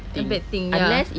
a bad thing ya